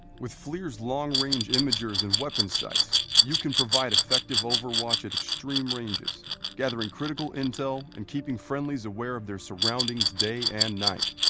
with flirs long range imagers and weapons sights you can provide effective overwatch at extreme ranges gathering critical intel in and keeping friendlies aware of their surroundings day and night.